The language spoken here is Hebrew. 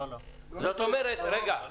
לא הסוכן.